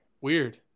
Weird